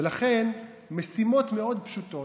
ולכן משימות מאוד פשוטות,